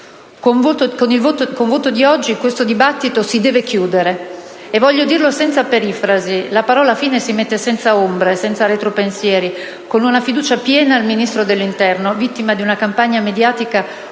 Col voto di oggi questo dibattito si deve chiudere e voglio dirlo senza perifrasi: la parola «fine» si mette senza ombre, senza retropensieri, con una fiducia piena al Ministro dell'interno, vittima di una campagna mediatica orchestrata